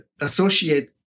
associate